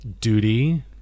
Duty